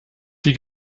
die